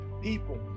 people